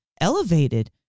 elevated